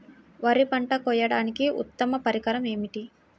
వరి పంట కోయడానికి ఉత్తమ పరికరం ఏది?